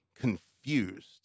confused